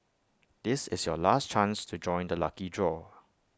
this is your last chance to join the lucky draw